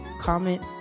comment